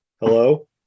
hello